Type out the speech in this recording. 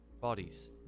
bodies